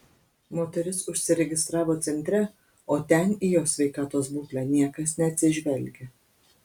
moteris užsiregistravo centre o ten į jos sveikatos būklę niekas neatsižvelgia